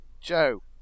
Joe